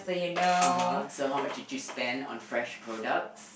(uh huh) so how much did you spend on Fresh products